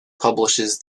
publishes